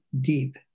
deep